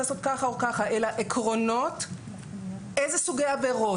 לעשות כך או כך אלא עקרונות לגבי איזה סוגי עבירות,